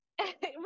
Right